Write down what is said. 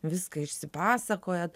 viską išsipasakojat